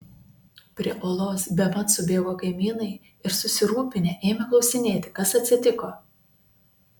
prie olos bemat subėgo kaimynai ir susirūpinę ėmė klausinėti kas atsitiko